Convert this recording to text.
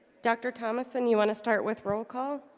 dr. thomason, you want to start with roll call?